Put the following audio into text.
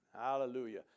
Hallelujah